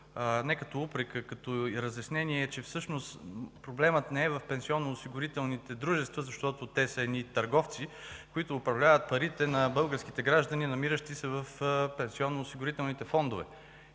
не като упрек, а като разяснение е, че проблемът не е в пенсионноосигурителните дружества, защото те са едни търговци, които управляват парите на българските граждани, намиращи се в пенсионноосигурителните фондове,